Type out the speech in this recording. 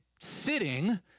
sitting